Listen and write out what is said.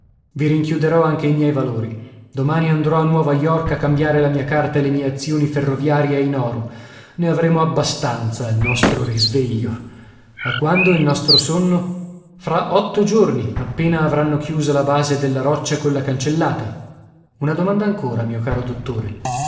i rinchiuderò anche i miei valori domani andrò a nuova york a cambiare la mia carta e le mie azioni ferroviarie in oro ne avremo abbastanza al nostro risveglio a quando il nostro sonno fra otto giorni appena avranno chiusa la base della roccia colla cancellata una domanda ancora mio caro dottore